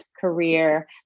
career